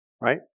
right